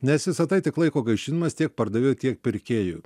nes visa tai tik laiko gaišinimas tiek pardavėjų tiek pirkėjų